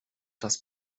das